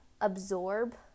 absorb